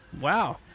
Wow